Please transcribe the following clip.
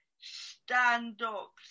stand-up